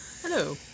Hello